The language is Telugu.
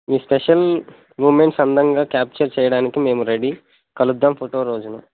మీ స్పెషల్ మూమెంట్స్ అందంగా క్యాప్చర్ చేయడానికి మేము రెడీ కలుద్దాం ఫోటో రోజున